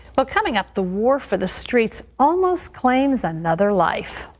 well, coming up, the war for the streets almost claims another life.